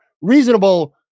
reasonable